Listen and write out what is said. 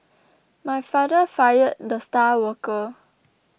my father fired the star worker